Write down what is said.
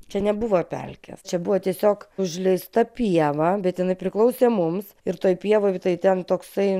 čia nebuvo pelkė čia buvo tiesiog užleista pieva bet jinai priklausė mums ir toj pievoj tai ten toksai